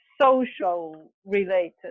social-related